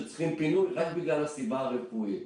שצריכים פינוי רק בגלל הסיבה הרפואית.